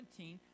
17